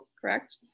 correct